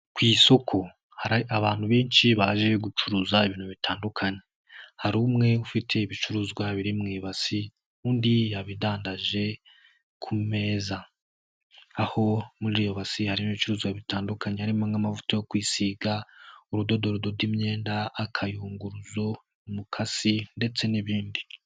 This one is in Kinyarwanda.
Ku isoko hari abantu benshi baje gucuruza ibintu bitandukanye, hari umwe ufite ibicuruzwa biri mu ibasi, undi yabidandaje ku meza aho muriyo basi harimo ibicuruzwa bitandukanye, harimo nk'amavuta yo kwisiga, urudodo rudoda imyenda, akayunguruzo, umukasi ndetse n'ibindi.